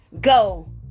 Go